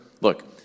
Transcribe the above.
Look